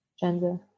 gender